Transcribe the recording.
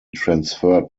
transferred